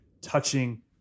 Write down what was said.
touching